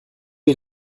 est